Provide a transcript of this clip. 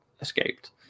escaped